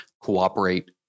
cooperate